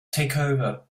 takeover